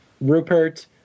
Rupert